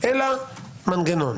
אלא מנגנון.